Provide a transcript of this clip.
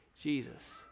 Jesus